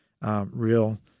Real